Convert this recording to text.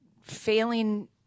failing